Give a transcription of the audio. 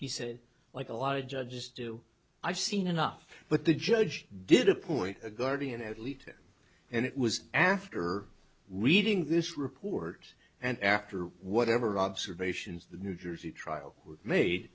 he said like a lot of judges do i've seen enough but the judge did appoint a guardian ad litem and it was after reading this report and after whatever observations the new jersey trial made